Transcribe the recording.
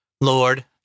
Lord